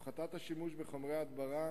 הפחתת השימוש בחומרי הדברה,